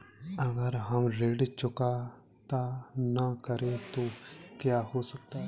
अगर हम ऋण चुकता न करें तो क्या हो सकता है?